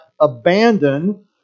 abandon